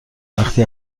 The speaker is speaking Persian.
وقتی